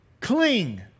Cling